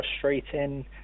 frustrating